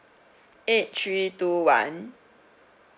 eight three two one